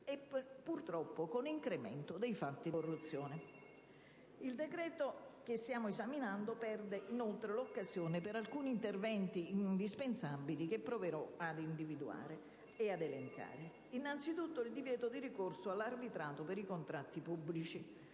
e, purtroppo, con incremento dei fatti di corruzione. Il decreto-legge che stiamo esaminando perde, inoltre, l'occasione per alcuni interventi indispensabili che proverò a individuare e a elencare. Innanzitutto, il divieto di ricorso all'arbitrato per i contratti pubblici.